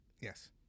Yes